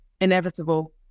inevitable